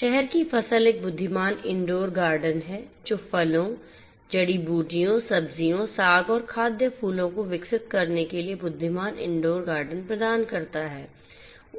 शहर की फसल एक बुद्धिमान इनडोर गार्डन है जो फलों जड़ी बूटियों सब्जियों साग और खाद्य फूलों को विकसित करने के लिए बुद्धिमान इनडोर गार्डन प्रदान करता है